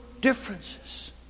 differences